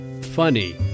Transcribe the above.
funny